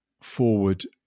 Forward